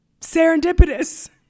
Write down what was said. serendipitous